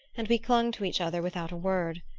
and we clung to each other without a word.